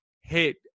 hit